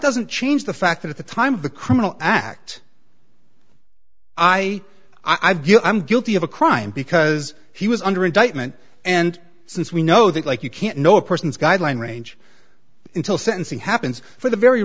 doesn't change the fact that at the time of the criminal act i i view i'm guilty of a crime because he was under indictment and since we know that like you can't know a person's guideline range until sentencing happens for the very